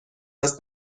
است